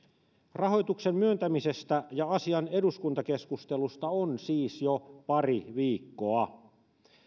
rahoituksen myöntämisestä ja asian eduskuntakeskustelusta on siis jo pari viikkoa